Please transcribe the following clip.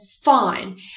fine